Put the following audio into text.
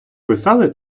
писали